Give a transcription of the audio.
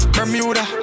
Bermuda